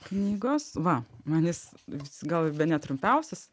knygos va man jis vis gal bene trumpiausias